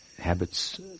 habits